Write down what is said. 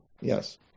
yes